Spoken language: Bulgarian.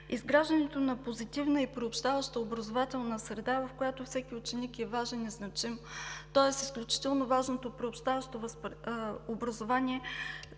Изграждането на позитивна и приобщаваща образователна среда, в която всеки ученик е важен и значим, тоест изключително важно е приобщаващото образование,